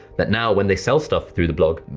that now when they sell stuff through the blog,